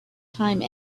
time